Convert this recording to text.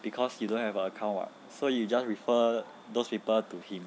because you don't have a account [what] so you just refer those people to him